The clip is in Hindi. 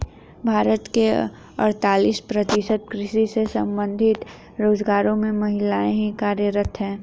भारत के अड़तालीस प्रतिशत कृषि से संबंधित रोजगारों में महिलाएं ही कार्यरत हैं